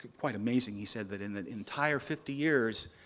quite amazing. he said that in the entire fifty years,